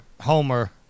Homer